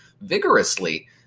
vigorously